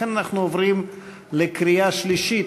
לכן אנחנו עוברים לקריאה שלישית.